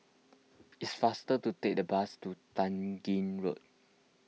it's faster to take the bus to Tai Gin Road